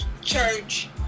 church